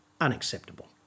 unacceptable